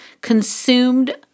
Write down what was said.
consumed